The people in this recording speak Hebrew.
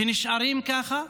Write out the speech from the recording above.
ונשארים ככה,